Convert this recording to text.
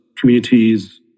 communities